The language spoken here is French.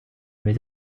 mes